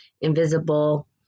invisible